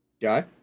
Guy